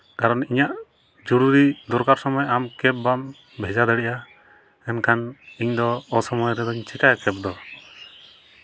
ᱠᱟᱨᱚᱱ ᱤᱧᱟᱹᱜ ᱡᱚᱨᱩᱨᱤ ᱫᱚᱨᱠᱟᱨ ᱥᱚᱢᱚᱭ ᱟᱢ ᱠᱮᱵᱽ ᱵᱟᱢ ᱵᱷᱮᱡᱟ ᱫᱟᱲᱮᱭᱟᱜᱼᱟ ᱮᱱᱠᱷᱟᱱ ᱤᱧ ᱫᱚ ᱚᱥᱚᱢᱚᱭ ᱨᱮᱫᱚᱧ ᱪᱤᱠᱟᱹᱭᱟ ᱠᱮᱵᱽ ᱫᱚ